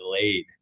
delayed